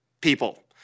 people